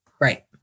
right